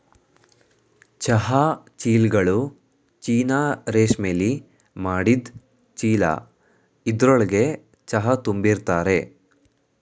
ಚಹಾ ಚೀಲ್ಗಳು ಚೀನಾ ರೇಶ್ಮೆಲಿ ಮಾಡಿದ್ ಚೀಲ ಇದ್ರೊಳ್ಗೆ ಚಹಾ ತುಂಬಿರ್ತರೆ